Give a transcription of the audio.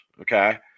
okay